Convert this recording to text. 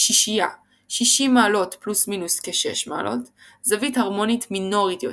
שישייה 60° +/- כ-6° - זווית הרמונית מינורית יותר.